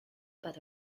but